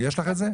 יש לך את זה?